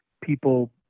people